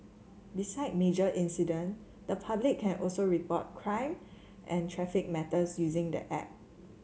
beside major incident the public can also report crime and traffic matters using the app